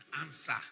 answer